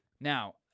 Now